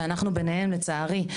ואנחנו ביניהם לצערי,